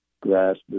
grasp